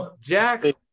Jack